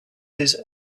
his